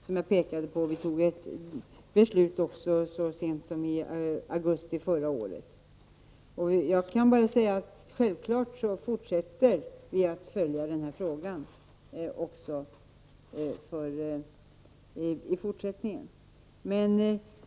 Som jag har påpekat fattade vi också ett beslut så sent som i augusti förra året. Självklart kommer vi att fortsätta att följa frågan.